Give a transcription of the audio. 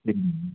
சரிங்க